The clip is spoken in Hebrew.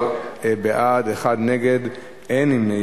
14 בעד, אחד נגד, אין נמנעים.